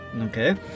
Okay